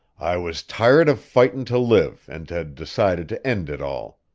i was tired of fightin' to live and had decided to end it all.